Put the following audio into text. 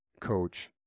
coach